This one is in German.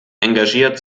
engagiert